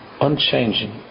Unchanging